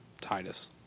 Titus